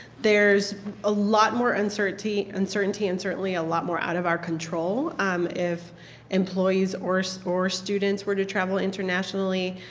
there is a lot more uncertainty uncertainty and certainly a lot more out of our control um if employees or so or students were to travel internationally.